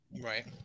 Right